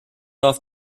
off